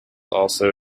also